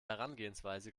herangehensweise